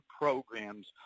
programs